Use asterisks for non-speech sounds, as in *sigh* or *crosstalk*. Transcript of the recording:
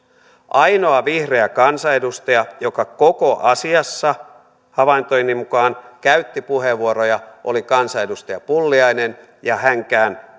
ainoa vihreä kansanedustaja joka koko asiassa havaintojeni mukaan käytti puheenvuoroja oli kansanedustaja pulliainen ja hänkään *unintelligible*